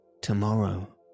Tomorrow